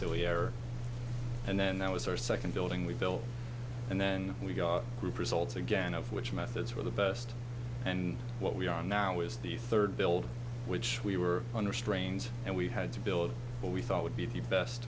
error and then that was our second building we built and then we got group results again of which methods were the best and what we are now is the third building which we were under strains and we had to build what we thought would be the best